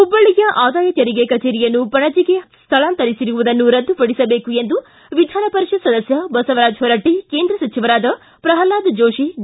ಹುಬ್ಬಳ್ಳಿಯ ಆದಾಯ ತೆರಿಗೆ ಕಚೇರಿಯನ್ನು ಪಣಜಿಗೆ ಸ್ವಳಾಂತರಿಸಿರುವುದನ್ನು ರದ್ದುಪಡಿಸಬೇಕು ಎಂದು ವಿಧಾನ ಪರಿಷತ್ ಸದಸ್ಯ ಬಸವರಾಜ ಹೊರಟ್ಷಿ ಕೇಂದ್ರ ಸಚಿವರಾದ ಪ್ರಹ್ಲಾದ್ ಜೋಷಿ ಡಿ